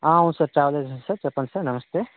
అవును sir travel agency sir చెప్పండి నమస్తే